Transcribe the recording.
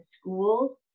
schools